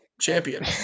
champion